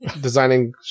designing